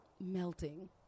Melting